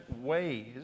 ways